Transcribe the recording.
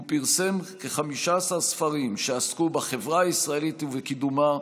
הוא פרסם כ-15 ספרים שעסקו בחברה הישראלית ובקידומה,